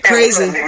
Crazy